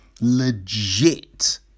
legit